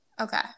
Okay